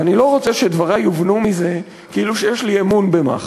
ואני לא רוצה שדברי יובנו כאילו יש לי אמון במח"ש,